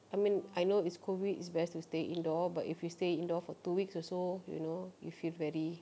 I mean I know it's COVID it's best to stay indoor but if you stay indoor for two weeks also you know you'll feel very